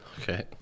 Okay